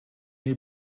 die